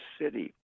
city